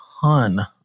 ton